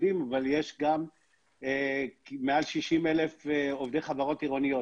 עובדים אבל יש כאן גם מעל 60,000 עובדי חברות עירוניות